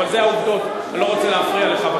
אבל זה העובדות, אני לא רוצה להפריע לך.